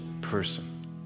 person